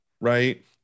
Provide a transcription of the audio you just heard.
right